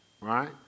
Right